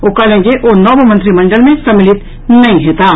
ओ कहलनि जे ओ नव मंत्रिमंडल मे सम्मिलित नहि हेताह